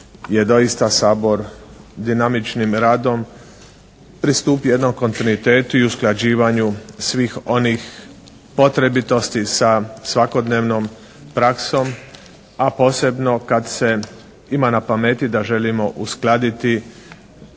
kako je doista Sabor dinamičnim radom pristupio jednom kontinuitetu i usklađivanju svih onih potrebitosti sa svakodnevnom praksom, a posebno kad se ima na pameti da želimo uskladiti